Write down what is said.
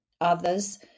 others